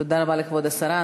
תודה לכבוד השרה.